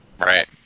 Right